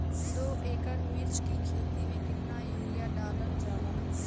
दो एकड़ मिर्च की खेती में कितना यूरिया डालल जाला?